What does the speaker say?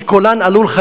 כי קולן עלול,